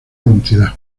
identidad